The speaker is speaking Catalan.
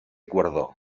guardó